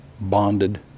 bonded